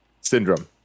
Syndrome